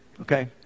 Okay